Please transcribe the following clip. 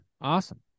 Awesome